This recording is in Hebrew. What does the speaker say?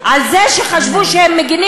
לא אזהרות, לא שום דבר.